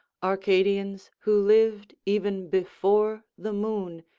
arcadians who lived even before the moon,